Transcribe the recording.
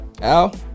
Al